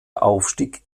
aufstieg